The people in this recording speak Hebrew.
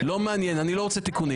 לא מעניין, אני לא רוצה תיקונים.